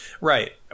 right